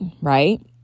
right